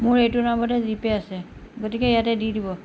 মোৰ এইটো নম্বৰতে জি পে' আছে গতিকে ইয়াতে দি দিব